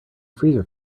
freezer